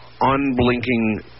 unblinking